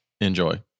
Enjoy